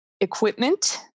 equipment